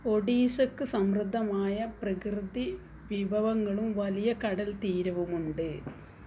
ഒഡീസക്ക് സമൃദ്ധമായ പ്രകൃതിവിഭവങ്ങളും വലിയ കടൽത്തീരവുമുണ്ട്